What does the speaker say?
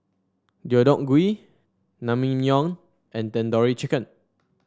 Deodeok Gui Naengmyeon and Tandoori Chicken